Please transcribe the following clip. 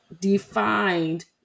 defined